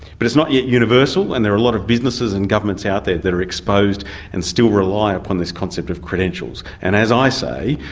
but it is not yet universal and there are a lot of businesses and governments out there that are exposed and still rely upon this concept of credentials. and as i say,